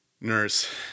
nurse